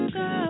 go